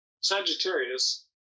sagittarius